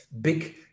big